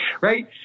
right